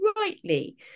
rightly